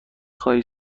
خواهی